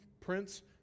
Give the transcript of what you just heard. prince